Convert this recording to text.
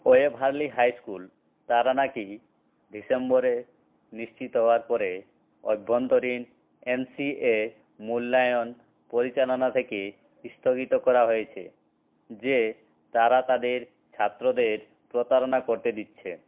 Waverley high school Taranaki ডিসেম্বরে নিশ্চিত হওয়ার পরে অভ্যন্তরীণ এন সি ই এ মূল্যায়ন পরিচালনা থেকে স্থগিত করা হয়েছে যে তারা তাদের ছাত্রদের প্রতারণা করতে দিচ্ছে